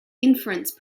inference